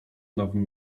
nowym